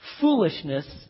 foolishness